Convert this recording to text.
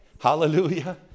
Hallelujah